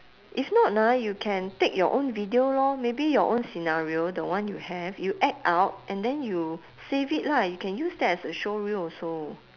if not ah you can take your own video lor maybe your own scenario the one you have you act out and then you save it lah you can use that as a showreel also